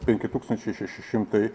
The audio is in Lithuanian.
penki tūkstančiai šeši šimtai